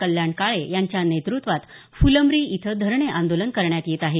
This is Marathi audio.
कल्याण काळे यांच्या नेत़त्वात फुलंब्री इथं धरणे आंदोलन करण्यात येत आहे